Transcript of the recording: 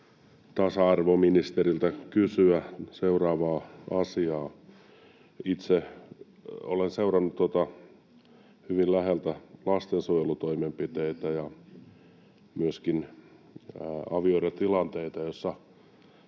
tasa-arvoministeriltä kysyä seuraavaa: Itse olen seurannut hyvin läheltä lastensuojelutoimenpiteitä ja myöskin avioerotilanteita, joissa